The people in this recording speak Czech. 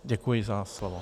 Děkuji za slovo.